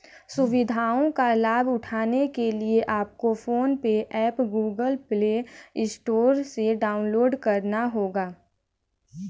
सुविधाओं का लाभ उठाने के लिए आपको PhonePe app Google Play Store से डाउनलोड करना होगा